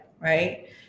right